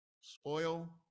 spoil